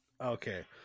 Okay